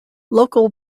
local